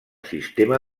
sistema